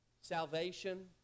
Salvation